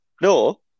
No